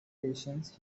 patience